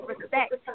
respect